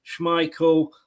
Schmeichel